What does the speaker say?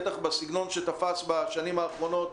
בטח בסגנון שתפס בשנים האחרונות,